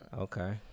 Okay